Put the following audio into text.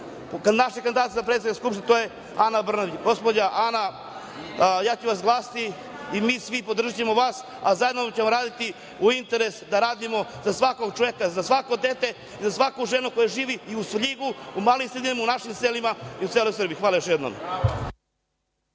našeg kandidata za predsednika Skupštine, a to je Ana Brnabić. Gospođo Ana, ja ću za vas glasati i mi svi podržaćemo vas, a zajedno ćemo raditi u interesu da radimo za svakog čoveka, za svako dete, za svaku ženu koja živi i u Svrljigu, u malim sredinama, u našim selima i u celoj Srbiji. Hvala još jednom.